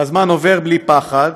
והזמן עובר בלי פחד,